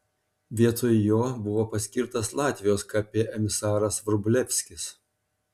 vietoj jo buvo paskirtas latvijos kp emisaras vrublevskis